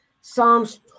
Psalms